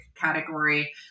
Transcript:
category